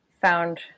found